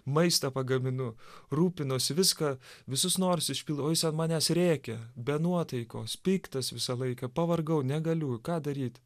maistą pagaminu rūpinuosi viską visus norus išpildau o jis ant manęs rėkia be nuotaikos piktas visą laiką pavargau negaliu ką daryt